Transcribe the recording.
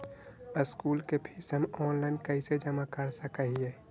School के fees हम online कैसे जमा कर सक हिय?